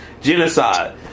genocide